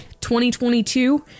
2022